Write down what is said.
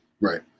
Right